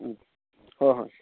ꯎꯝ ꯍꯣꯏ ꯍꯣꯏ